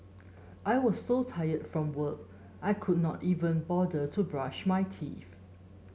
I was so tired from work I could not even bother to brush my teeth